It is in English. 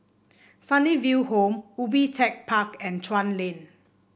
Sunnyville Home Ubi Tech Park and Chuan Lane